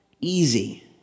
easy